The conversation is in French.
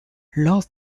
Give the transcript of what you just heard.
lors